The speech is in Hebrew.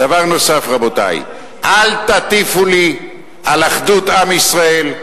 דבר נוסף, רבותי: אל תטיפו לי על אחדות עם ישראל,